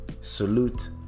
Salute